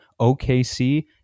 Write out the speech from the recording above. OKC